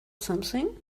something